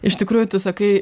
iš tikrųjų tu sakai